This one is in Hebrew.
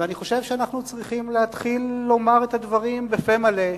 ואני חושב שאנחנו צריכים להתחיל לומר את הדברים בפה מלא,